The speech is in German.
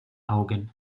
augen